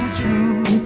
true